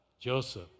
Joseph